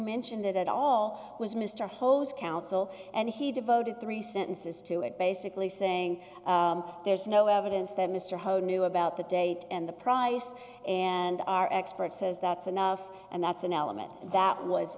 mentioned it at all was mr holmes counsel and he devoted three sentences to it basically saying there's no evidence that mr ho knew about the date and the price and our expert says that's enough and that's an element that was